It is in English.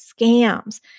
scams